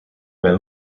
mijn